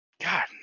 God